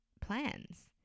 plans